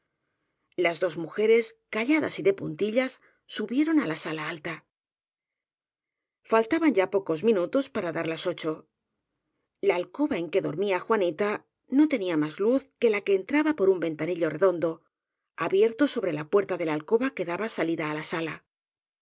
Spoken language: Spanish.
las dos mujeres calladas y de puntillas subie ron á la sala alta faltaban ya pocos minutos para dar las ocho la alcoba en que dormía juanita no tenía más luz que la que entraba por un ventanillo redondo abierto sobre la puerta de la alcoba que daba sali da á la sala